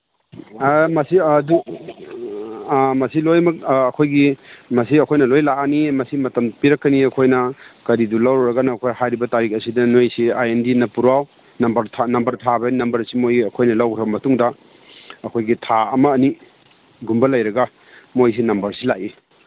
ꯃꯁꯤ ꯑꯗꯨ ꯃꯁꯤ ꯂꯣꯏꯃꯛ ꯑꯩꯈꯣꯏꯒꯤ ꯃꯁꯤ ꯑꯩꯈꯣꯏꯅ ꯂꯣꯏ ꯂꯥꯛꯑꯅꯤ ꯃꯁꯤ ꯃꯇꯝ ꯄꯤꯔꯛꯀꯅꯤ ꯑꯩꯈꯣꯏꯅ ꯒꯥꯔꯤꯗꯨ ꯂꯧꯔꯨꯔꯒꯅ ꯑꯩꯈꯣꯏ ꯍꯥꯏꯔꯤꯕ ꯇꯥꯔꯤꯛ ꯑꯁꯤꯗ ꯅꯣꯏ ꯁꯤ ꯑꯥꯏ ꯑꯦꯟ ꯗꯤ ꯅꯞꯄꯨꯔꯣ ꯅꯝꯕꯔ ꯅꯝꯕꯔ ꯊꯥꯕꯩ ꯅꯝꯕꯔꯁꯤ ꯃꯣꯏ ꯑꯩꯈꯣꯏꯅ ꯂꯧꯒ꯭ꯔꯕ ꯃꯇꯨꯡꯗ ꯑꯩꯈꯣꯏꯒꯤ ꯊꯥ ꯑꯃ ꯑꯃꯅꯤꯒꯨꯝꯕ ꯂꯩꯔꯒ ꯃꯣꯏꯒꯤ ꯅꯝꯕꯔꯁꯤ ꯂꯥꯛꯏ